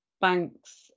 banks